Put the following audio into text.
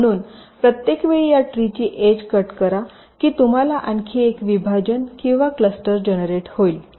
म्हणून प्रत्येक वेळी या ट्रीची ऐज कापा की तुम्हाला आणखी एक विभाजन किंवा क्लस्टर जनरेट मिळेल